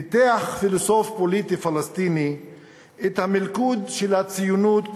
ניתח פילוסוף פוליטי פלסטיני דגול את המלכוד של הציונות